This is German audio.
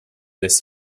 des